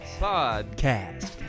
Podcast